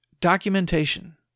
documentation